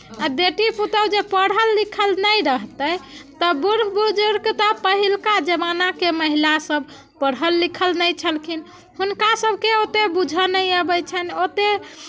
आ बेटी पुतहु जे पढ़ल लिखल नहि रहतै तऽ बूढ़ बुजुर्ग तऽ पहिलुका जमानाके महिलासभ पढ़ल लिखल नहि छलखिन हुनकासभके ओतेक बुझय नहि अबैत छनि ओतेक